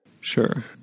Sure